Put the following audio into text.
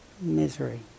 misery